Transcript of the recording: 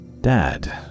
Dad